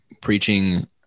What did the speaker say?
preaching